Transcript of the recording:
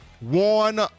One